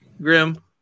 Grim